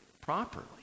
properly